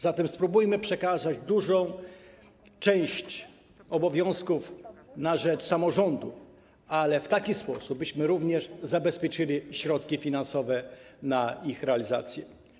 Zatem spróbujmy przekazać dużą część obowiązków na rzecz samorządów, ale w taki sposób, byśmy również zabezpieczyli środki finansowe na ich realizację.